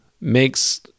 makes